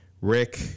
Rick